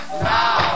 Now